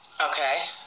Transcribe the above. okay